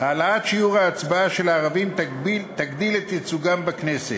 העלאת שיעור ההצבעה של הערבים תגדיל את ייצוגם בכנסת.